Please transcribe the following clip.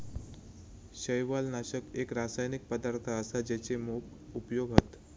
शैवालनाशक एक रासायनिक पदार्थ असा जेचे मोप उपयोग हत